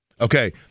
Okay